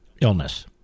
illness